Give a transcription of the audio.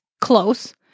close